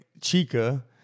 Chica